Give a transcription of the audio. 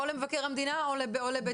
או למבקר המדינה או לבית משפט.